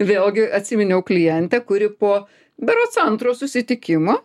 vėlgi atsiminiau klientę kuri po berods antro susitikimo